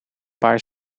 paar